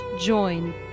join